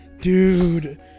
Dude